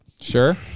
sure